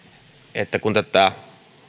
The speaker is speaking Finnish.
että tätä